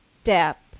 step